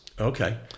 Okay